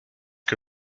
que